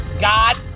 God